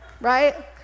right